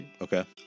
Okay